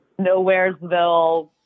Nowheresville